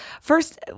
First